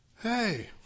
Hey